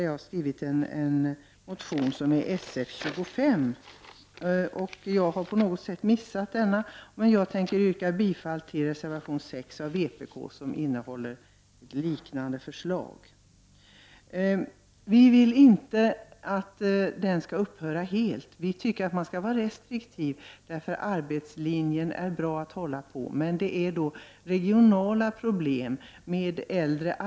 Jag har på något sätt missat denna motion i hanteringen, men jag vill yrka bifall till reservation 6 av vpk som innehåller ett liknande förslag. Vi i miljöpartiet vill inte att förtidspensioneringen skall upphöra helt. Men vi tycker att man skall vara restriktiv, eftersom det är bra att hålla på arbetslinjen. Det här är ett regionalpolitiskt problem.